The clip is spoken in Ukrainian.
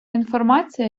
інформація